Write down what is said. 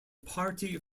party